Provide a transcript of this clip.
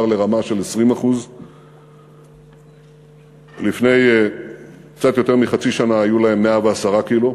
ברמה של 20%. לפני קצת יותר מחצי שנה היו להם 110 קילו,